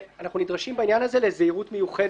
ואנחנו נדרשים בעניין הזה לזהירות מיוחדת,